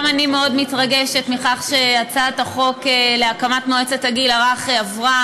גם אני מאוד מתרגשת מכך שהצעת החוק להקמת מועצת הגיל הרך התקבלה.